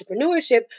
entrepreneurship